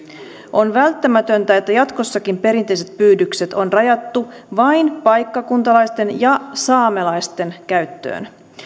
on välttämätöntä että jatkossakin perinteiset pyydykset on rajattu vain paikkakuntalaisten ja saamelaisten käyttöön